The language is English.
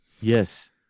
Yes